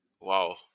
Wow